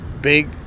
big